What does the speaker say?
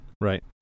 Right